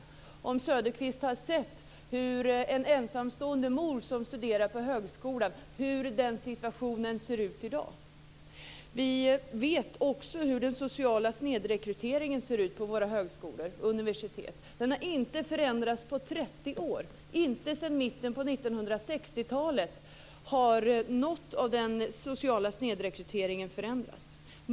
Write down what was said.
Jag undrar om Söderqvist har sett hur situationen för en ensamstående mor som studerar på högskolan ser ut i dag. Vi vet också hur den sociala snedrekryteringen ser ut på våra högskolor och universitet. Den har inte förändrats på 30 år. Inte sedan mitten av 1960-talet har något av den sociala snedrekryteringen förändrats.